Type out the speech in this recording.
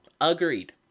Agreed